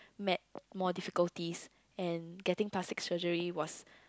made more difficulties and getting plastic surgery was